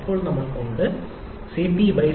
ഇപ്പോൾ നമ്മൾക്ക് ഉണ്ട് Cp Cv K